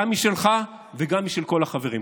גם שלך וגם של כל החברים.